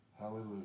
Hallelujah